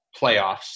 playoffs